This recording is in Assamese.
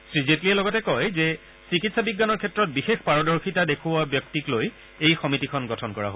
শ্ৰীজেটলিয়ে লগতে কয় যে চিকিৎসা বিজ্ঞানৰ ক্ষেত্ৰত বিশেষ পাৰদৰ্শিতা দেখুওৱা ব্যক্তিক লৈ এই কমিটিখন গঠন কৰা হব